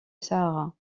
sahara